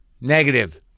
negative